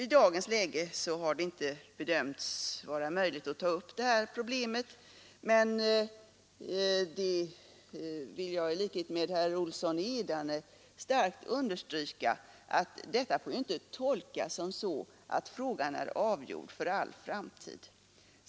I dagens läge har det inte bedömts vara möjligt att ta upp det här problemet, men jag vill i likhet med herr Olsson i Edane starkt understryka att detta inte får tolkas så att frågan är avgjord för all framtid.